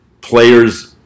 players